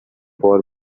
for